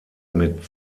mit